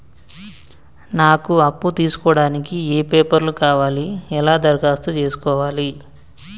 నాకు అప్పు తీసుకోవడానికి ఏ పేపర్లు కావాలి ఎలా దరఖాస్తు చేసుకోవాలి?